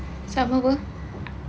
sama pun